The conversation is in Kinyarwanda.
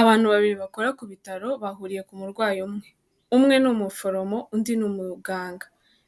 Abantu babiri bakora ku bitaro bahuriye ku murwayi umwe, umwe ni umuforomo undi ni umuganga,